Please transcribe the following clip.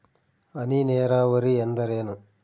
ಹನಿ ನೇರಾವರಿ ಎಂದರೇನು?